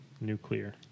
Nuclear